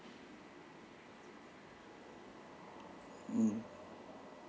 mm